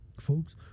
folks